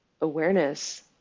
awareness